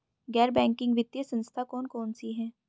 गैर बैंकिंग वित्तीय संस्था कौन कौन सी हैं?